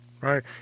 Right